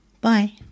Bye